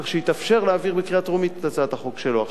כך שיתאפשר להעביר בקריאה טרומית את הצעת החוק שלו.